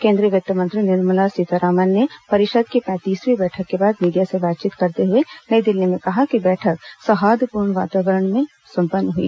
केंद्रीय वित्त मंत्री निर्मला सीतारामन ने परिषद की पैंतीसवीं बैठक के बाद मीडिया से बातचीत करते हुए नई दिल्ली में कहा कि बैठक सौहाईप्रर्ण वातावरण में हुई